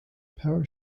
power